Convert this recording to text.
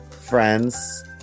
Friends